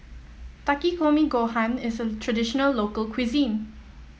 Takikomi Gohan is a traditional local cuisine